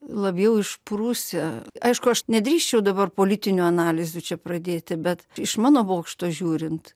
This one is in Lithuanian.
labiau išprusę aišku aš nedrįsčiau dabar politinių analizių čia pradėti bet iš mano bokšto žiūrint